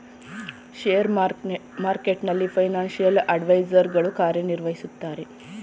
share ಮಾರ್ಕೆಟ್ನಲ್ಲಿ financial advisor ಗಳು ಕಾರ್ಯ ನಿರ್ವಹಿಸುತ್ತಾರೆ